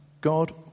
God